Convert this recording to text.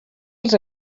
els